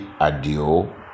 Adio